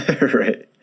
right